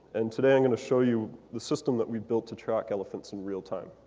and today i'm going to show you the system that we built to track elephants in real time.